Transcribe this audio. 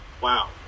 Wow